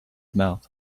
mouth